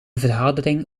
vergadering